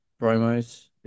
promos